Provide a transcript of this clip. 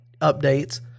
updates